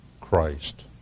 Christ